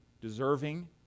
deserving